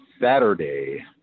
saturday